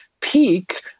peak